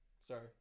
Sorry